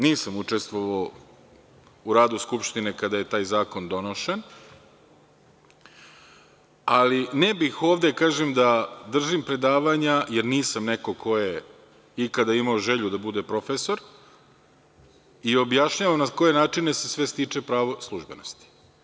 Nisam učestvovao u radu Skupštine kada je taj zakon donošen, ali ne bih ovde da držim predavanje, jer nisam neko ko je ikada želeo da bude profesor, i da objašnjavam na koje načine se sve stiče pravo službenosti.